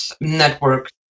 network